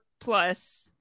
plus